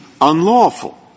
unlawful